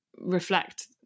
reflect